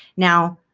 now,